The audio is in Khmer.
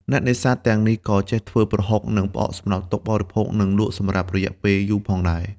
អ្នកនេសាទទាំងនេះក៏ចេះធ្វើ ប្រហុក និងផ្អកសម្រាប់ទុកបរិភោគនិងលក់សម្រាប់រយៈពេលយូរផងដែរ។